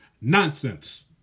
Nonsense